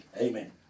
Amen